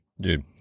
Dude